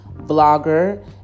blogger